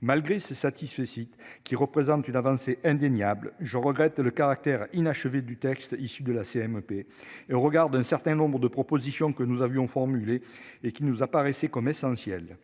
Malgré ce satisfecit qui représente une avancée indéniable. Je regrette le caractère inachevé du texte issu de la CMP et au regard d'un certain nombre de propositions que nous avions formulées et qui nous apparaissait comme essentiel.